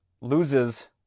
loses